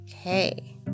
Okay